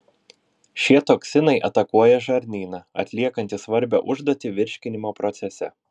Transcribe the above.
šie toksinai atakuoja žarnyną atliekantį svarbią užduotį virškinimo procese